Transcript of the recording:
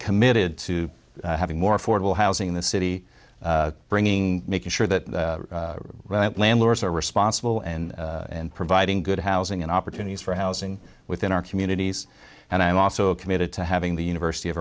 committed to having more affordable housing in the city bringing making sure that right landlords are responsible and in providing good housing and opportunities for housing within our communities and i am also committed to having the university of